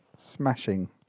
Smashing